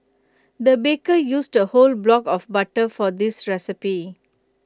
the baker used A whole block of butter for this recipe